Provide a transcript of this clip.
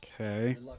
Okay